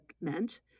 meant